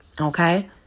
Okay